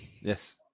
Yes